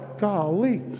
golly